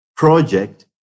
Project